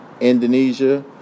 Indonesia